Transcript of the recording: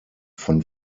von